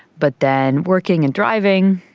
but then working and driving,